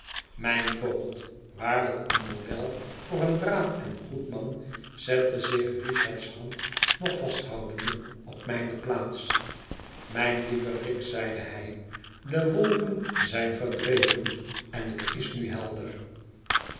mjn voogd waarlijk een model voor een braaf en goed man zette zich richard's hand nog vasthoudende op mijne plaats myn lieve rick zeide hij de wolken zijn verdreven en hêt is nu helder